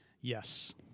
Yes